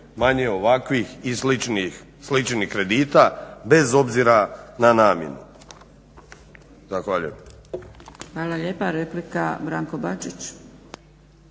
manje ovakvih i sličnih kredita bez obzira na namjenu. Zahvaljujem. **Zgrebec, Dragica (SDP)** Hvala lijepa. Replika Branko Bačić.